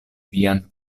vian